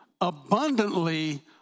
abundantly